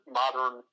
modern